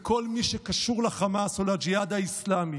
בכל מי שקשור לחמאס או לג'יהאד האסלמי.